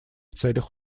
целях